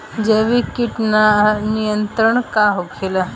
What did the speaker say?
जैविक कीट नियंत्रण का होखेला?